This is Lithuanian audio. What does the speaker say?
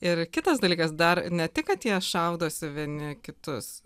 ir kitas dalykas dar ne tik kad jie šaudosi vieni kitus